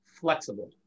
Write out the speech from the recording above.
flexible